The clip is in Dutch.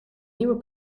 nieuwe